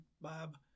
Bob